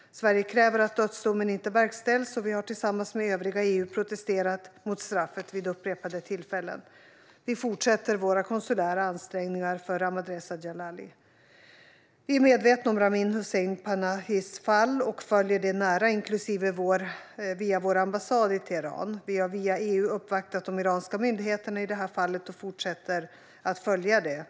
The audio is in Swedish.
Sverige kräver att dödsdomen inte verkställs, och vi har tillsammans med övriga EU protesterat mot straffet vid upprepade tillfällen. Vi fortsätter våra konsulära ansträngningar för Ahmadreza Djalali. Vi är medvetna om Ramin Hussein Panahis fall och följer det nära, inklusive via vår ambassad i Teheran. Vi har via EU uppvaktat de iranska myndigheterna i det här fallet och fortsätter att följa det.